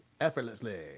Effortlessly